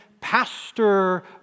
pastor